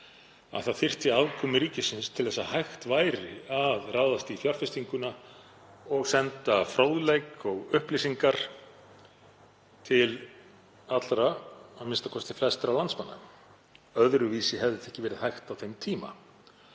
að það þyrfti aðkomu ríkisins til þess að hægt væri að ráðast í fjárfestinguna og senda fróðleik og upplýsingar til allra, a.m.k. flestra landsmanna. Öðruvísi hefði það ekki verið hægt á þeim tíma